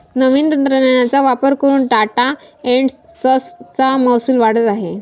नवीन तंत्रज्ञानाचा वापर करून टाटा एन्ड संस चा महसूल वाढत आहे